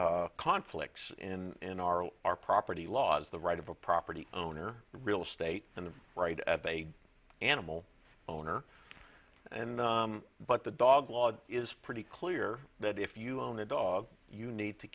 are conflicts in our property laws the right of a property owner real estate and right at a animal owner and but the dog law is pretty clear that if you own a dog you need to